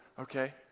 Okay